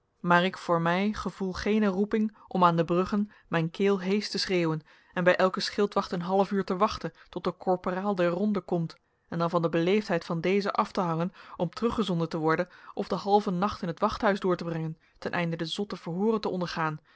maar ik voor mij gevoel geene roeping om aan de bruggen mijn keel heesch te schreeuwen en bij elken schildwacht een half uur te wachten tot de korporaal der ronde komt en dan van de beleefdheid van dezen af te hangen om teruggezonden te worden of den halven nacht in het wachthuis door te brengen ten einde de zotte verhooren te ondergaan